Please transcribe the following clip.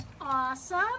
Awesome